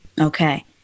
Okay